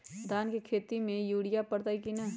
धान के खेती में यूरिया परतइ कि न?